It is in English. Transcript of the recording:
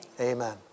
Amen